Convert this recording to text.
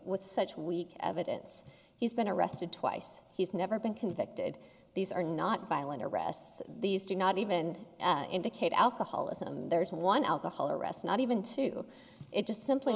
with such weak evidence he's been arrested twice he's never been convicted these are not violent arrests these do not even indicate alcoholism there's one alcohol arrest not even two it just simply